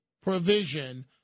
provision